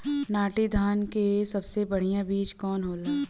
नाटी धान क सबसे बढ़िया बीज कवन होला?